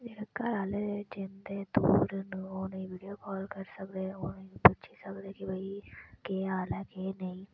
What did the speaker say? जेह्डे़ घर आह्ले जिं'दे दूर न ओह् उ'नेंगी वीडियो कॉल करी सकदे ओह् उ'नेंगी पुच्छी सकदे कि भाई केह् हाल ऐ केह् नेईं